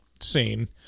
scene